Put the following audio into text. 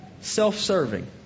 self-serving